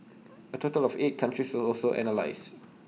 A total of eight countries also analysed